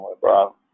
bro